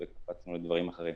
וקפצנו לדברים אחרים.